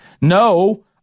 No